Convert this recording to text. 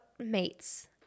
Mates